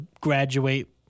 graduate